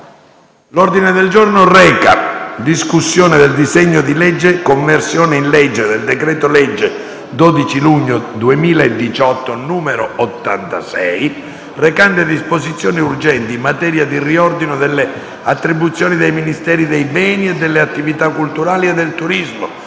Il Senato*,* in sede d'esame del disegno di legge n. 648, recante «Conversione in legge del decreto-legge 12 luglio 2018, n. 86, recante disposizioni urgenti in materia di riordino delle attribuzioni dei Ministeri dei beni e delle attività culturali e del turismo,